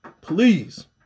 please